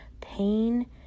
pain